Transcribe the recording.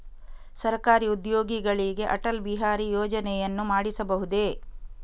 ಸರಕಾರಿ ಉದ್ಯೋಗಿಗಳಿಗೆ ಅಟಲ್ ಬಿಹಾರಿ ಯೋಜನೆಯನ್ನು ಮಾಡಿಸಬಹುದೇ?